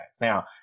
Now